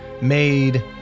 made